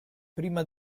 prima